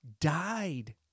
died